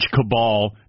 cabal